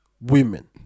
women